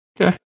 Okay